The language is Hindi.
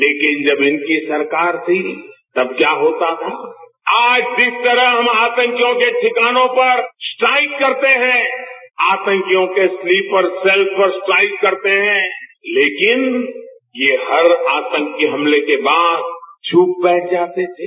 लेकिन जब इनकी सरकार थी तब क्याहोता था आज जिस तरह हम आतंकियों के ठिकानों पर स्ट्राइक करते हैं आतंकियों के स्लीपरसेल पर स्ट्राइक करते हैं लेकिन ये हर आतंकी हमले के बाद चुप बैठ जाते थे